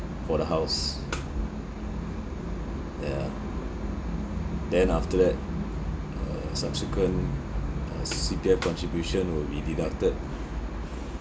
for the house yeah then after that uh subsequent uh C_P_F contribution will be deducted